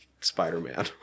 Spider-Man